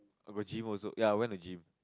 got gym also ya I went to gym